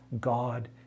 God